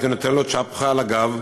הייתי נותן לו צ'פחה על הגב,